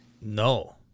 No